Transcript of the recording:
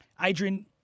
Adrian